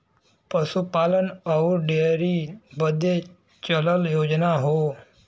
पसूपालन अउर डेअरी बदे चलल योजना हौ